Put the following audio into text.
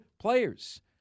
players